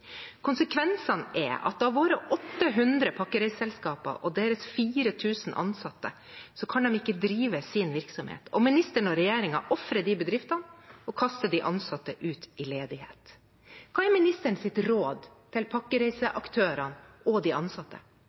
Konsekvensene er da at våre 800 pakkereiseselskaper og deres 4 000 ansatte ikke kan drive sin virksomhet. Ministeren og regjeringen ofrer de bedriftene og kaster de ansatte ut i ledighet. Hva er ministerens råd til pakkereiseaktørene og de ansatte?